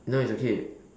no it's okay